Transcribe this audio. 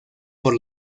por